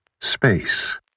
Space